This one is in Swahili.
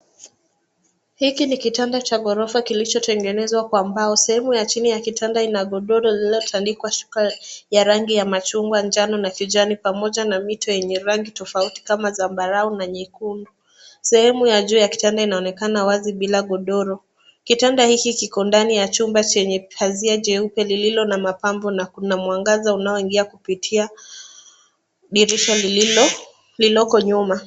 Hiki ni kitanda cha ghorofa kilichotengenezwa kwa mbao, sehemu ya chini ya kitanda ina godoro lililotandikwa shuka ya rangi ya machungwa, njano na kijani, pamoja na mito yenye rangi tofauti kama zambarau na nyekundu. Sehemu ya juu ya kitanda inaonekana wazi bila godoro. Kitanda hiki kiko ndani ya chumba chenye pazia jeupe lililo na mapambo na kuna mwangaza unaoingia kupitia dirisha liloko nyuma.